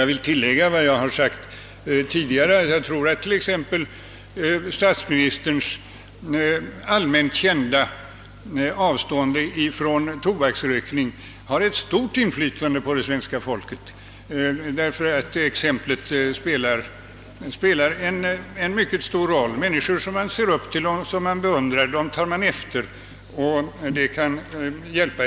Jag vill tillägga vad jag tidigare ofta sagt, nämligen att jag tror att statsministerns allmänt kända avståndstagande från tobaksrökning har ett stort inflytande på svenska folket, därför att exemplet spelar en så stor roll. Människor man ser upp till och beundrar tar man efter, och det kan hjälpa.